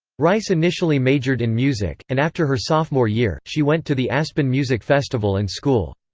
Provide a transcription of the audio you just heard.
rice initially majored in music, and after her sophomore year, she went to the aspen music festival and school.